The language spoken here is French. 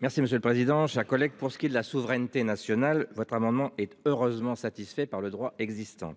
Merci monsieur le président, chers collègues. Pour ce qui est de la souveraineté nationale votre amendement et heureusement satisfait par le droit existant.